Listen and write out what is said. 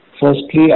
firstly